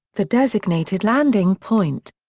the designated landing point.